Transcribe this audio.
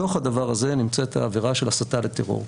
בתוך הדבר הזה נמצאת העבירה של הסתה לטרור.